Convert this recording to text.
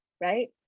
Right